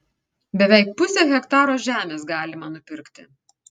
beveik pusę hektaro žemės galima nupirkti